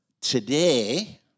Today